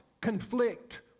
conflict